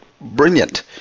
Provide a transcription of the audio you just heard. brilliant